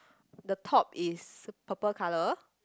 the top is purple colour